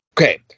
Okay